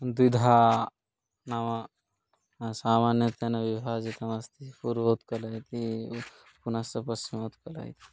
द्विधा नाम सामान्यत्वेन विभाजितमस्ति पूर्वोत्कलमिति पुनश्च पश्चिमोत्कलः इति